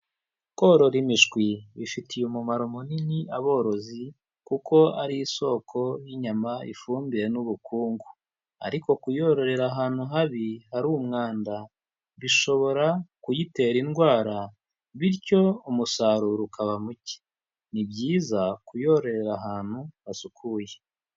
Korora imishwi bifitiye umumaro munini aborozi kuko ari isoko y'inyama, ifumbire n'ubukungu ariko kuyororera ahantu habi hari umwanda, bishobora kuyitera indwara bityo umusaruro ukaba muke, ni byizayiza kuyororera ahantu hasukuye.